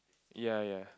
ya ya